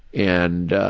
and